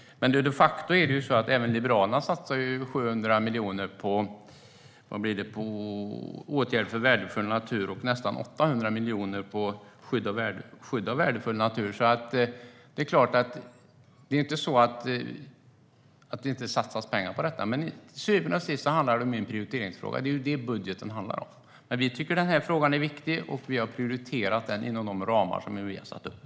Men de facto satsar Liberalerna 700 miljoner kronor på anslaget Åtgärder för värdefull natur och nästan 800 miljoner kronor på anslaget Skydd av värdefull natur. Det är inte så att det inte satsas pengar på detta. Men till syvende och sist är det en prioriteringsfråga. Det är det budgeten handlar om. Vi tycker att den här frågan är viktig, och vi har prioriterat den inom de ramar som vi har satt upp.